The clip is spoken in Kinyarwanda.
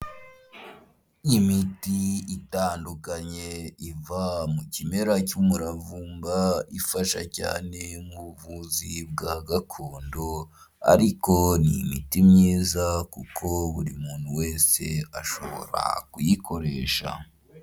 Imiti itandukanye iva mu kimera cy'umuravumba ifasha cyane mu buvuzi bwa gakondo ariko ni imiti myiza kuko buri muntu wese ashobora kuyikoresha.